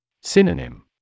Synonym